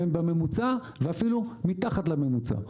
הן בממוצע ואפילו מתחת לממוצע,